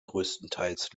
größtenteils